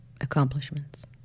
accomplishments